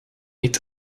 niet